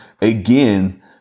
again